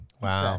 Wow